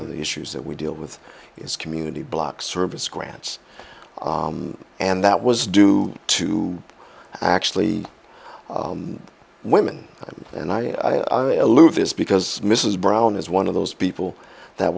of the issues that we deal with is community block service grants and that was due to actually women and i allude this because mrs brown is one of those people that